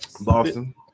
Boston